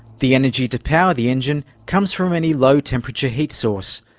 the energy to power the engine comes from any low temperature heat source,